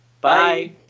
Bye